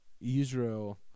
israel